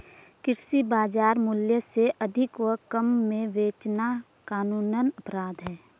कृषि बाजार मूल्य से अधिक व कम में बेचना कानूनन अपराध है